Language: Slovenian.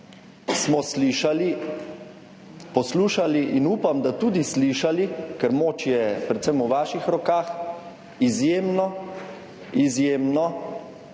smo slišali, poslušali in upam, da tudi slišali, ker moč je predvsem v vaših rokah, izjemno, izjemno